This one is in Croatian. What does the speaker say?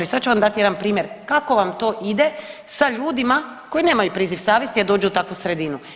I sad ću vam dati jedan primjer kako vam to ide sa ljudima koji nemaju priziv savjesti, a dođu u takvu sredinu.